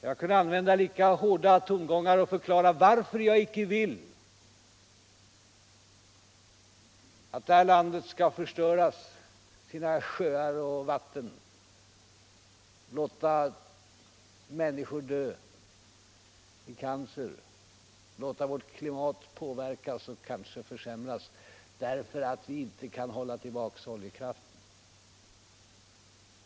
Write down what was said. Jag kunde använda lika hårda tongångar och förklara varför jag icke vill att landet skall förstöra sina sjöar och vatten, låta människor dö i cancer, låta vårt klimat påverkas och kanske försämras därför att vi inte kan hålla tillbaka oljekraften.